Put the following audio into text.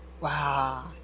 Wow